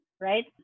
right